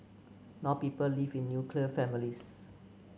now people live in nuclear families